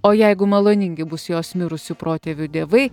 o jeigu maloningi bus jos mirusių protėvių dievai